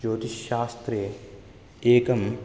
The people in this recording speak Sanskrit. ज्योतिश्शास्त्रे एकं